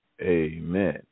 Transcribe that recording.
amen